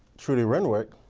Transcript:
trudy win ward,